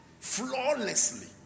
flawlessly